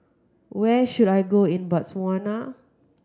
where should I go in Botswana